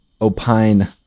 opine